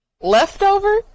leftover